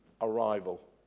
arrival